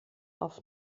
auf